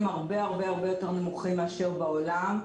הרבה הרבה הרבה יותר נמוכים מאשר בעולם.